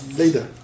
later